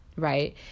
right